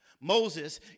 Moses